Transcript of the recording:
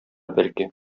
бәлки